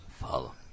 Follow